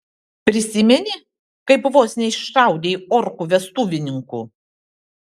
prisimeni kaip vos neiššaudei orkų vestuvininkų